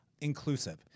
inclusive